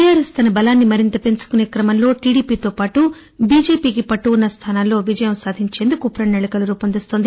TRS తన బలాన్ని మరింత పెంచుకునే క్రమంలో టిడిపి తో పాటు బిజెపి కి పట్టువున్న స్థానాల్లో విజయం సాధించేందుకు ప్రణాళికలు రూపొందిస్తోంది